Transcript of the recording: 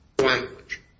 language